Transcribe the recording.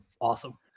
awesome